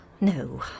No